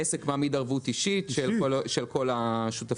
עסק מעמיד ערבות אישית של כל השותפים,